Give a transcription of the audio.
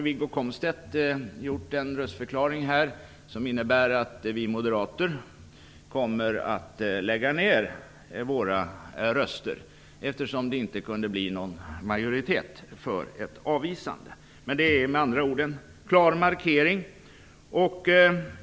Wiggo Komstedt har gjort en röstförklaring som innebär att vi moderater kommer att lägga ner våra röster, eftersom det inte kunde bli någon majoritet för ett avvisande. Det är med andra ord en klar markering.